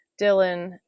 Dylan